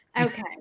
Okay